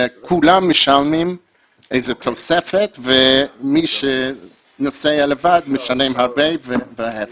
שכולם משלמים איזה שהיא תוספת ומי שנוסע לבד משלם הרבה וההיפך.